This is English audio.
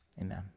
Amen